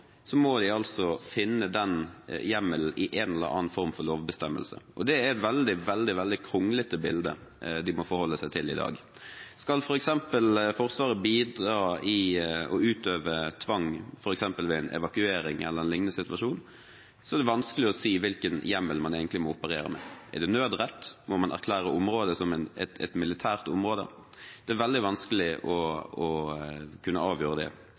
må de altså finne hjemmel i en eller annen form for lovbestemmelse, og det er et veldig, veldig kronglete bilde de må forholde seg til i dag. Skal Forsvaret f.eks. bidra i å utøve tvang ved en evakuering eller en lignende situasjon, er det vanskelig å si hvilken hjemmel man egentlig må operere med: Er det nødrett? Må man erklære området som et militært område? Det er veldig vanskelig å avgjøre det. Det samme gjelder f.eks. hvis Forsvaret skal bidra i søk etter personer, som gjerne må arresteres. Det